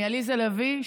מעליזה לביא,